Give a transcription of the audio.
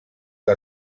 què